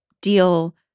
deal